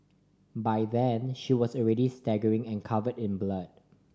by then she was already staggering and covered in blood